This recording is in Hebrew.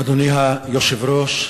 אדוני היושב-ראש,